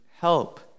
help